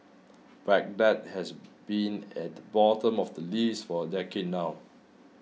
Baghdad has been at the bottom of the list for a decade now